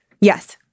Yes